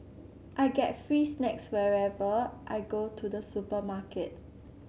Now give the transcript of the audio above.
I get free snacks whenever I go to the supermarket